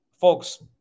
folks